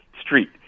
street